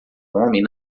homem